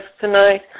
tonight